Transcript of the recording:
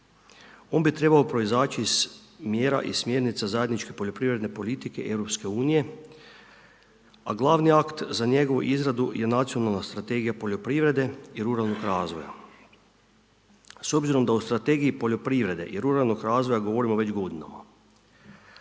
On bi trebao proizaći iz mjera i smjernica zajedničke poljoprivredne politike EU a glavni akt za njegovu izradu je Nacionalna strategija poljoprivrede i ruralnog razvoja. S obzirom da o Strategiji poljoprivrede i ruralnog razvoja govorimo već godinama